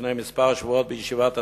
לפני כמה שבועות בישיבת הסיעה,